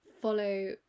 follow